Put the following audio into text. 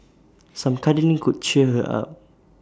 some cuddling could cheer her up